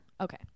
Okay